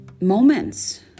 moments